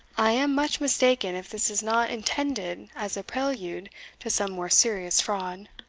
i am much mistaken if this is not intended as a prelude to some more serious fraud.